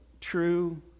true